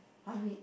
do it